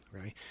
right